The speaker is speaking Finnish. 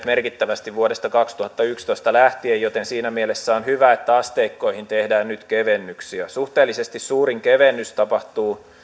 merkittävästi vuodesta kaksituhattayksitoista lähtien joten siinä mielessä on hyvä että asteikkoihin tehdään nyt kevennyksiä suhteellisesti suurin kevennys tapahtuu